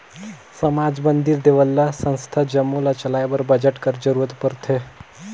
समाज, मंदिर, देवल्ला, संस्था जम्मो ल चलाए बर बजट कर जरूरत परथे